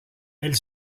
elle